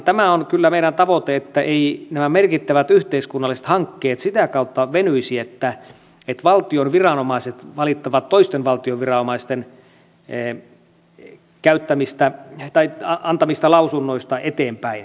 tämä on kyllä meidän tavoitteemme että nämä merkittävät yhteiskunnalliset hankkeet eivät sitä kautta venyisi että valtion viranomaiset valittavat toisten valtion viranomaisten antamista lausunnoista eteenpäin